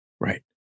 Right